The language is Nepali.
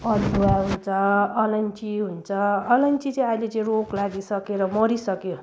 अदुवा हुन्छ अलैँची हुन्छ अलैँची चाहिँ आहिले चाहिँ रोग लागिसकेर मरिसक्यो